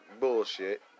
bullshit